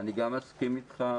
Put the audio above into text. אני גם מסכים איתך,